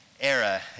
era